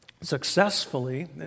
successfully